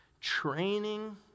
training